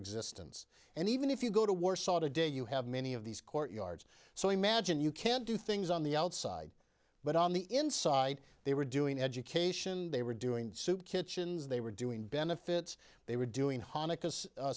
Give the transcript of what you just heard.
existence and even if you go to warsaw today you have many of these court yards so imagine you can do things on the outside but on the inside they were doing education they were doing soup kitchens they were doing benefits they were doing hanukkah